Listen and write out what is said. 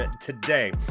today